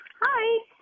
hi